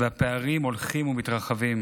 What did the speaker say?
והפערים הולכים ומתרחבים.